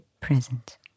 present